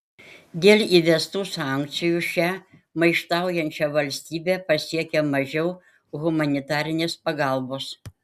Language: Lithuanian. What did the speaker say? dėl įvestų sankcijų šią maištaujančią valstybę pasiekia mažiau humanitarinės pagalbos